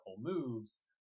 moves